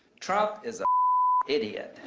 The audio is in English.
trump is a idiot,